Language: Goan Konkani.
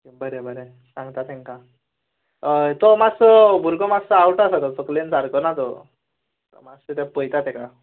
ओके बरें बरें सांगता तेंकां हय तो मातसो भुरगो मातसो आवटो आसा तो तकलेन सारको ना तो मातशे राव पळयता तेका